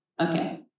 Okay